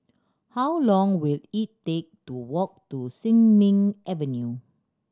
how long will it take to walk to Sin Ming Avenue